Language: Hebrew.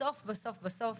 בסוף בסוף, בסוף